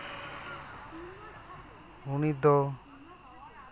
ᱩᱱᱤ ᱫᱚ